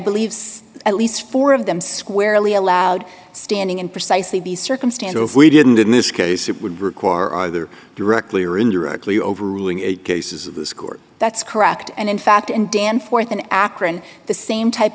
believe at least four of them squarely allowed standing in precisely the circumstances if we didn't in this case it would require either directly or indirectly overruling eight cases of this court that's correct and in fact in dan forth in akron the same type